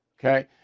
okay